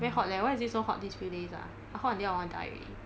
very hot leh why is it so hot these few days ah I hot until I want to die already